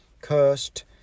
Cursed